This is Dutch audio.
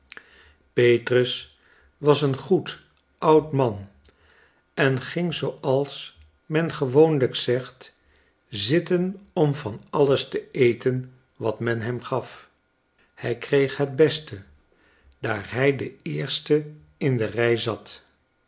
petrus was een goed oud man en ging zooals men gewoonlijk zegt zitten om van alles te eten wat men hem gaf hij kreeg het beste daar hij de eerste in de